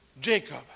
Jacob